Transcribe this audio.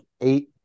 eight